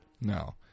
No